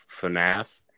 FNAF